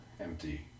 empty